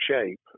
shape